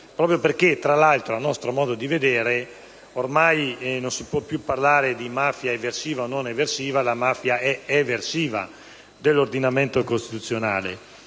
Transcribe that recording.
proprio perché, tra l'altro, a nostro modo di vedere, non si può più parlare di mafia eversiva o non eversiva, in quanto la mafia è eversiva dell'ordinamento costituzionale.